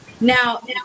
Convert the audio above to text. Now